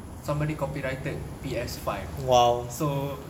somebody copyrighted P_S five so